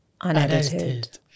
Unedited